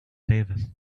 davis